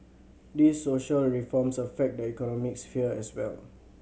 these social reforms affect the economic sphere as well